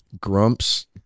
Grumps